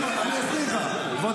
סימון, אני אסביר לך.